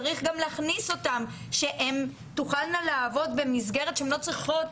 צריך גם להכניס אותן שהן תוכלנה לעבוד במסגרת שהן לא צריכות